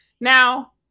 now